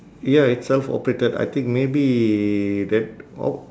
ya it's self-operated I think maybe that o~